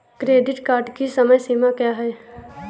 Credit card की समय सीमा क्या है?